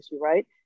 right